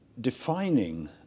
defining